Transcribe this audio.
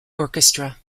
orchestra